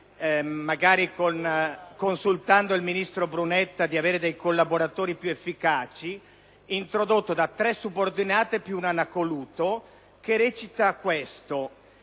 magari consultando il ministro Brunetta, di disporre di collaboratori piu efficaci) introdotto da tre subordinate piuun anacoluto, che recita come